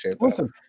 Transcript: Listen